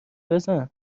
بزن